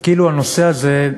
וכאילו הנושא הזה,